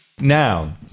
Now